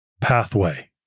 pathway